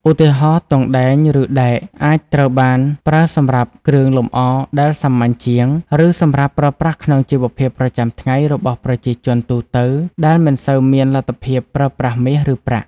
ឧទាហរណ៍ ទង់ដែង ឬ ដែក អាចត្រូវបានប្រើសម្រាប់គ្រឿងលម្អដែលសាមញ្ញជាង ឬសម្រាប់ប្រើប្រាស់ក្នុងជីវភាពប្រចាំថ្ងៃរបស់ប្រជាជនទូទៅដែលមិនសូវមានលទ្ធភាពប្រើប្រាស់មាស ឬប្រាក់។